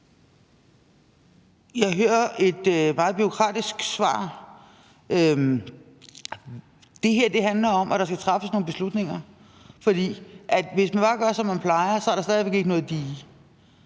Jeg hører et meget bureaukratisk svar. Det her handler om, at der skal træffes nogle beslutninger, for hvis man bare gør, som man plejer, så er der stadig væk ikke noget dige.